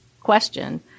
question